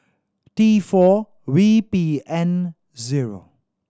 T four V P N zero